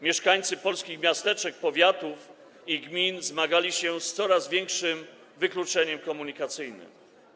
Mieszkańcy polskich miasteczek, powiatów i gmin zmagali się z coraz większym wykluczeniem komunikacyjnym.